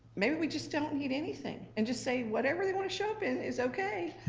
maybe we just don't need anything, and just say, whatever they wanna show up in is okay,